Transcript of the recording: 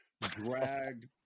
dragged